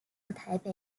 台北